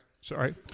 sorry